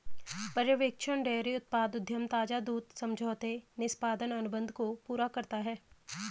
पर्यवेक्षण डेयरी उत्पाद उद्यम ताजा दूध समझौते निष्पादन अनुबंध को पूरा करता है